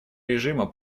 режима